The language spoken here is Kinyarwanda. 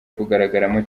kugaragaramo